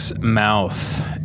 mouth